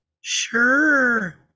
Sure